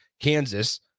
Kansas